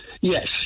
Yes